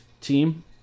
team